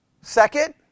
Second